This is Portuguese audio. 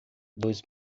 dois